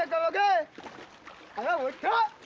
o god o god